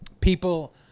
people